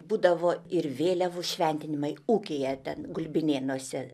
būdavo ir vėliavų šventinimai ūkyje ten gulbinėnuose